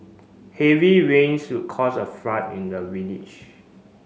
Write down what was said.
heavy rains caused a flood in the village